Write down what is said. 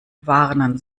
warnen